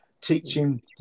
Teaching